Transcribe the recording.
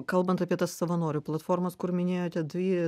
kalbant apie tas savanorių platformas kur minėjote dvi